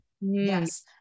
yes